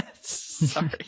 Sorry